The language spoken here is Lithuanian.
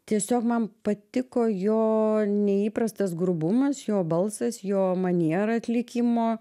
tiesiog man patiko jo neįprastas grubumas jo balsas jo maniera atlikimo